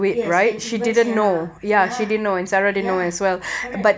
yes and even sarah ya ya correct